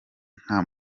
nta